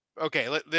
Okay